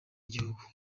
igihugu